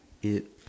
it